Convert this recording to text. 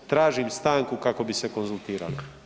Tražim stanku kako bi se konzultirali.